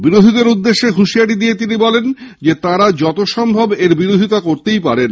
বিরোধীদের উদ্দেশে হুঁশিয়ারি দিয়ে তিনি বলেছেন তাঁরা যত সম্ভব এর বিরোধিতা করতে পারেন